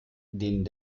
denen